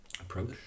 approach